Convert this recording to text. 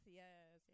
yes